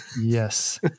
Yes